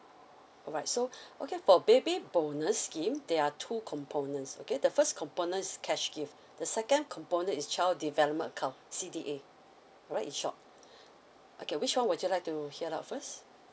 alright so okay for baby bonus scheme there are two components okay the first component is cash gift the second component is child development account C_D_A alright in short okay which one would you like to hear up first